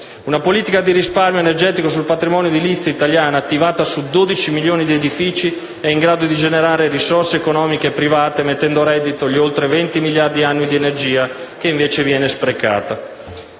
Una politica di risparmio energetico sul patrimonio edilizio italiano, attivata su 12 milioni di edifici, è in grado di generare risorse economiche private, mettendo a reddito gli oltre 20 miliardi annui di energia che invece viene sprecata.